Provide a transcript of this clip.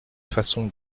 façons